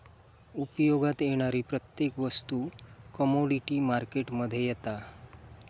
उपयोगात येणारी प्रत्येक वस्तू कमोडीटी मार्केट मध्ये येता